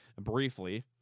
briefly